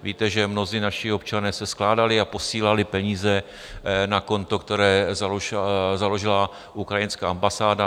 Víte, že mnozí naši občané se skládali a posílali peníze na konto, které založila ukrajinská ambasáda.